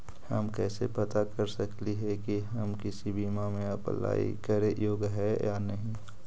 हम कैसे पता कर सकली हे की हम किसी बीमा में अप्लाई करे योग्य है या नही?